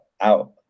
out